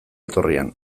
etorrian